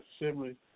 assembly